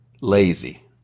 lazy